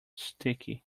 sticky